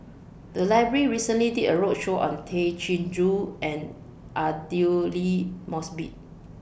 The Library recently did A roadshow on Tay Chin Joo and Aidli Mosbit